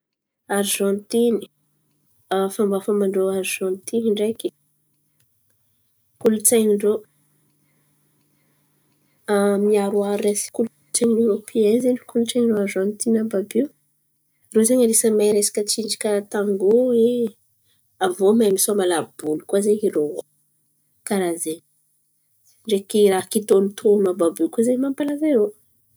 Arizantiny, fomba fomban-drô Arizantiny ndreky, kolontsain̈y ndrô miaroharo resaka kolontsaindrô Eropian zen̈y kolontsain̈y ndrô Arizantiny àby àby iô. Irô zen̈y anisany mahay resaka tsinjaka tangô e irô ô. Karà zen̈y ndreky raha kitônotôno àby àby io koa mapalaza irô.